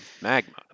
magma